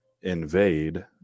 invade